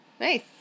Nice